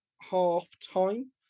half-time